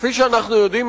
כפי שאנחנו יודעים,